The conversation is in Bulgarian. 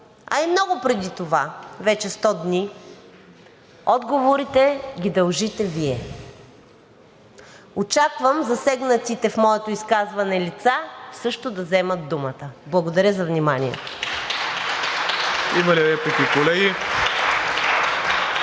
а и много преди това – вече 100 дни, отговорите ги дължите Вие. Очаквам засегнатите в моето изказване лица също да вземат думата. Благодаря за вниманието.